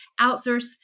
outsource